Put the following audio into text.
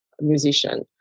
musician